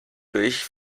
durch